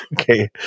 Okay